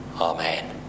Amen